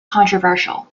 controversial